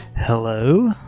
Hello